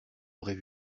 aurait